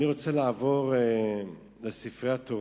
אני רוצה לעבור לספרי התורה.